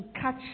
catch